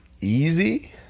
easy